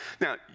Now